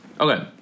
Okay